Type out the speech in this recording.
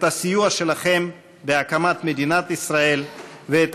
את הסיוע שלכם בהקמת מדינת ישראל ואת